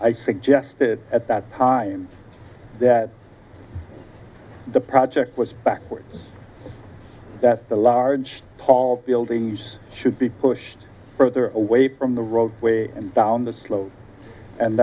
i suggested at that time that the project was backwards that the large paul buildings should be pushed further away from the roadway and down the